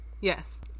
Yes